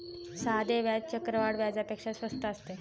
साधे व्याज चक्रवाढ व्याजापेक्षा स्वस्त असते